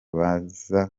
baza